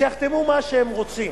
שיחתמו מה שהם רוצים.